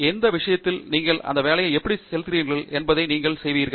எந்த விஷயத்தில் நீங்கள் உங்கள் வேலையை எப்படிச் செலுத்துகிறீர்கள் என்பதை நீங்கள் அறிவீர்கள்